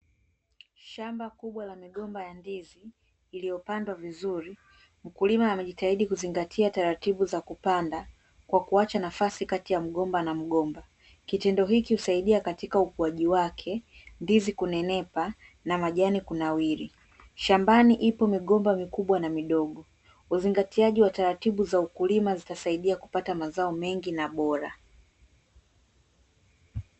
Shamba kubwa la migomba ya ndizi iliyopandwa vizuri, mkulima amejitahidi kuzingatia taratibu za kupanda kwa kuacha nafasi kati ya mgomba na mgomba, kitendo hiki husaidia katika ukuaji wake, ndizi kunenepa na majani kunawiri. Shambani ipo migomba mikubwa na midomo, uzingatiaji wa taratibu za ukulima zitasaidia kupata mazao mengi na bora.